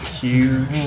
Huge